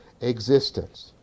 existence